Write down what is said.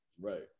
Right